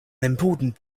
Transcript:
important